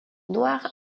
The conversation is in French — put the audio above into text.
noir